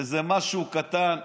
איזה משהו קטן.